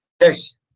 Yes